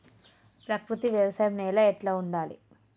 ప్రకృతి వ్యవసాయం నేల ఎట్లా ఉండాలి?